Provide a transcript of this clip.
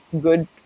good